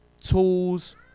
Tools